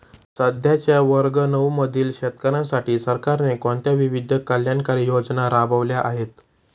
सध्याच्या वर्ग नऊ मधील शेतकऱ्यांसाठी सरकारने कोणत्या विविध कल्याणकारी योजना राबवल्या आहेत?